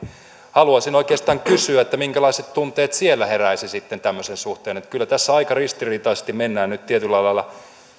haluaisin oikeastaan kysyä minkälaiset tunteet siellä heräisivät sitten tämmöisen suhteen että kyllä tässä aika ristiriitaisesti mennään nyt tietyllä lailla